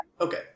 Okay